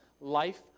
life